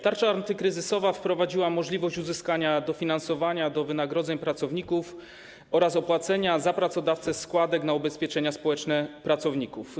Tarcza antykryzysowa wprowadziła możliwość uzyskania dofinansowania do wynagrodzeń pracowników oraz opłacenia za pracodawcę składek na ubezpieczenia społeczne pracowników.